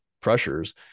pressures